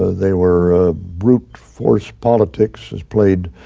they were brute force politics as played